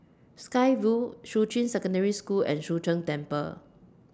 Sky Vue Shuqun Secondary School and Chu Sheng Temple